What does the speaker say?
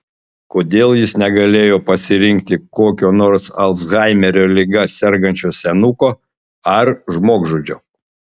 kodėl jis negalėjo pasirinkti kokio nors alzhaimerio liga sergančio senuko ar žmogžudžio